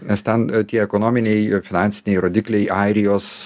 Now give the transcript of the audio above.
nes ten tie ekonominiai finansiniai rodikliai airijos